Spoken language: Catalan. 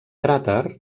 cràter